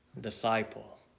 disciple